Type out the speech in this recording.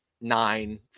nine